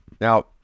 now